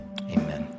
amen